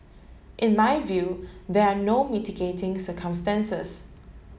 in my view there are no mitigating circumstances